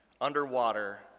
underwater